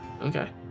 Okay